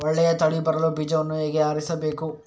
ಒಳ್ಳೆಯ ತಳಿ ಬರಲು ಬೀಜವನ್ನು ಹೇಗೆ ಆರಿಸಬೇಕು?